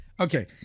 Okay